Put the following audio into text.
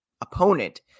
opponent